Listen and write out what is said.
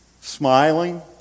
smiling